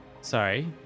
sorry